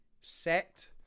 set